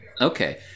Okay